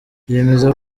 yemeza